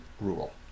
rule